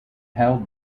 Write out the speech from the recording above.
held